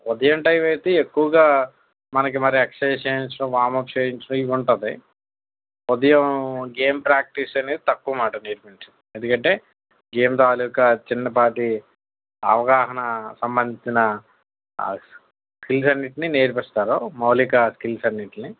ఉదయం టైమ్ అయితే ఎక్కువగా మనకి ఎక్సర్సైజ్ వామ్ అప్ చేయించడం ఇవి ఉంటుంది ఉదయం గేమ్ ప్రాక్టీస్ అనేది తక్కువ మాట నేర్పించడం ఎందుకు అంటే గేమ్ యొక్క చిన్నపాటి అవగాహన సంబంధించిన ఫ్రీ గా అన్నిటిని నేర్పిస్తారు మౌళిక స్కిల్స్ అన్నిటినీ